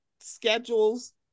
schedules